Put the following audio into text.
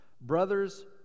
Brothers